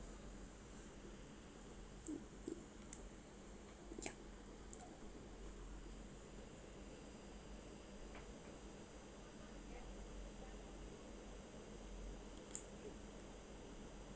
yup